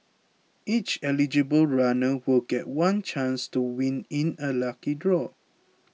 each eligible runner will get one chance to win in a lucky draw